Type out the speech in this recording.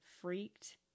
freaked